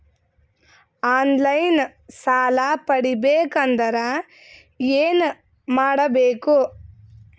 On line ಸಾಲ ಪಡಿಬೇಕಂದರ ಏನಮಾಡಬೇಕು?